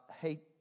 hate